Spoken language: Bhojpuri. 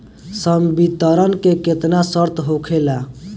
संवितरण के केतना शर्त होखेला?